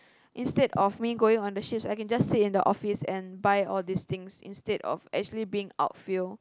instead of me going on the ship I can just sit in the office and buy all these things instead of actually being outfield